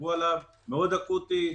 דיברו עליו, מאוד אקוטי.